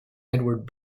edward